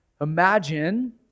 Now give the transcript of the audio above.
Imagine